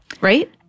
right